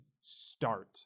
start